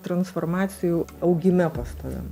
transformacijų augime pastoviam